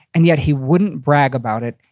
and yet he wouldn't brag about it,